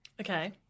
Okay